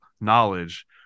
knowledge